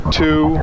two